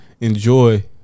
enjoy